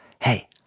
hey